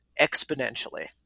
exponentially